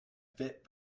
fit